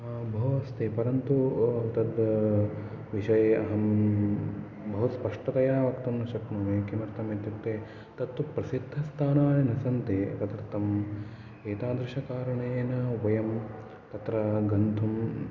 बहु अस्ति परन्तु तद्विषये अहम् बहु स्पष्टतया वक्तुं न शक्नोमि किमर्थम् इत्युक्ते तत्तु प्रसिद्धस्थानानि न सन्ति तदर्थम् एतादृश कारणेन उभयं तत्र गन्तुम्